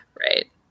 Right